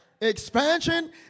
Expansion